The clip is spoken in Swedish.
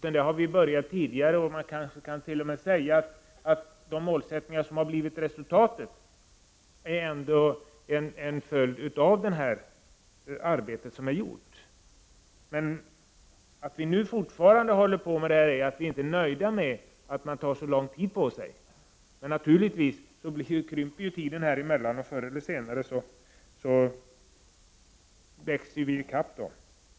Vi har börjat tidigare, och man kan kanske t.o.m. säga att de målsättningar som man nu har kommit fram till är en följd av det arbete som gjorts. Att vi fortfarande driver den här frågan beror på att vi inte är nöjda med att man tar så lång tid på sig. Naturligtvis krymper tidsfristen alltmer, och förr eller senare kommer vi i kapp.